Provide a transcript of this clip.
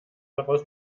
daraus